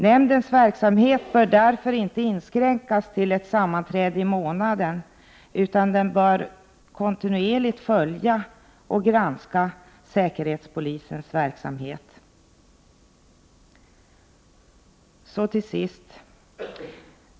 Nämndens verksamhet bör därför inte inskränkas till ett sammanträde i månaden, utan den bör kontinuerligt följa och granska säkerhetspolisens verksamhet.